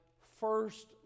first